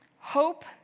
Hope